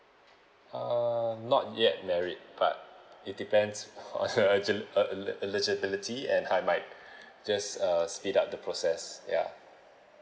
uh not yet married but it depends on a eligibility and I might just uh speed up the process ya